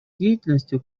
деятельностью